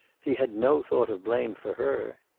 he had no thought of blame for her.